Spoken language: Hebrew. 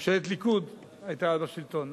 ממשלת ליכוד היתה אז בשלטון,